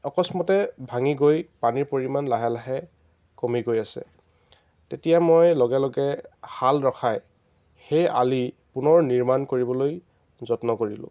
আকস্মাতে ভাঙি গৈ পানীৰ পৰিমাণ লাহে লাহে কমি গৈ আছে তেতিয়া মই লগে লগে হাল ৰখাই সেই আলি পুনৰ নিৰ্মাণ কৰিবলৈ যত্ন কৰিলোঁ